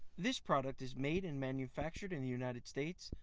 this product is made and manufactured in the united states.